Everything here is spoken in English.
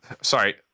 Sorry